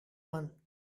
one